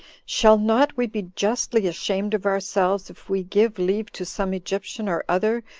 shall not we be justly ashamed of ourselves, if we give leave to some egyptian or other,